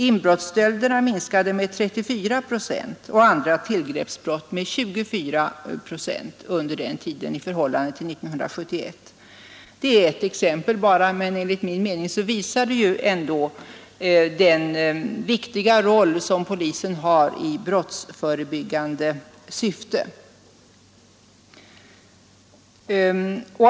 Inbrottsstölderna minskade med 34 procent och andra tillgreppsbrott med 24 procent under den tiden i förhållande till 1971. Det är ett exempel bara, men enligt min mening visar det ändå den viktiga roll som polisen spelar i brottsförebyggande syfte.